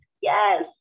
yes